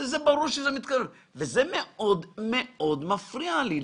זה מאוד מאוד מפריע לי.